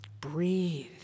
Breathe